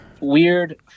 weird